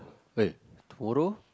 when tomorrow